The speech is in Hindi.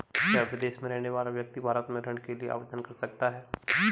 क्या विदेश में रहने वाला व्यक्ति भारत में ऋण के लिए आवेदन कर सकता है?